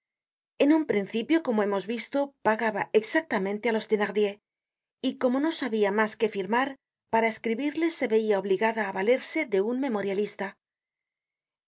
en un principio como hemos visto pagaba exactamente á los thenardier y como no sabia mas que firmar para escribirles se veia obligada á valerse de un